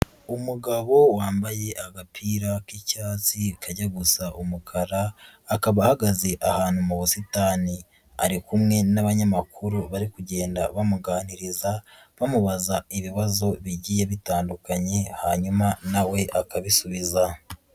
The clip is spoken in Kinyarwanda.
Umugabo wambaye agapira k'icyatsi kajya gusa umukara, akaba ahagaze ahantu mu busitani ari kumwe n'abanyamakuru bari kugenda bamuganiriza bamubaza ibibazo bigiye bitandukanye hanyuma na we akabisubiza.